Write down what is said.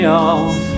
off